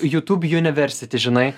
youtube university žinai